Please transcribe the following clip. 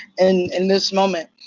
and and this moment.